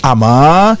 Ama